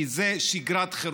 כי זה שגרת חירום,